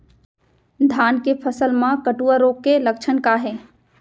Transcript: धान के फसल मा कटुआ रोग के लक्षण का हे?